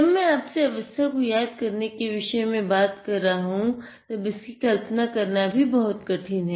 जब मै आपसे अवस्था को याद करने के विषय में बात कर रहा हूँ तब इसकी कल्पना करना भी बहुत कठिन है